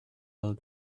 old